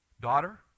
Daughter